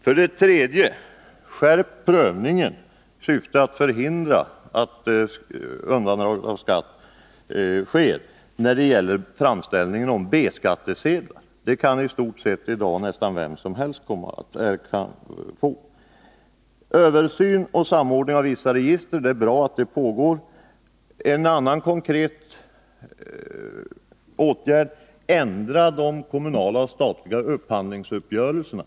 För det tredje: Skärp prövningen när det gäller framställning om B-skattesedlar i syfte att hindra undandragande av skatt. I dag kan nästan vem som helst få B-skatt. Det är bra att det pågår översyn och samordning av vissa register. En annan konkret åtgärd skulle vara att ändra de kommunala och statliga upphandlingsuppgörelserna.